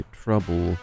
trouble